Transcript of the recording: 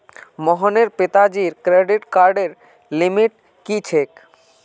मोहनेर पिताजीर क्रेडिट कार्डर लिमिट की छेक